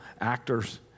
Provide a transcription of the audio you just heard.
actors